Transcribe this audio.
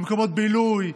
למקומות בילוי,